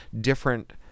different